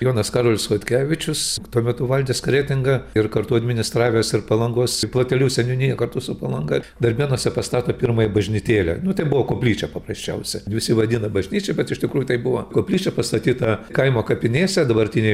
jonas karolis chodkevičius tuo metu valdęs kretingą ir kartu administravęs ir palangos platelių seniūniją kartu su palanga darbėnuose pastato pirmąjį bažnytėlę nu ten buvo koplyčia paprasčiausia visi vadina bažnyčia bet iš tikrųjų tai buvo koplyčia pastatyta kaimo kapinėse dabartinėj